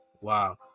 Wow